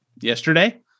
yesterday